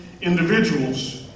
individuals